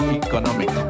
economic